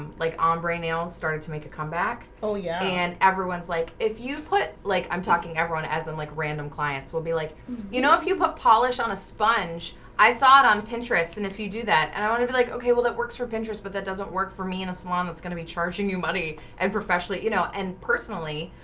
like ombre nails started to make a comeback oh, yeah, and everyone's like if you put like i'm talking everyone as i'm like random clients will be like you know if you put polish on a sponge i saw it on pinterest and if you do that, that, and i want to be like okay well that works for pinterest but that doesn't work for me in a salon that's gonna be charging you money and professionally, you know and personally